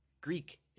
Greek